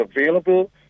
available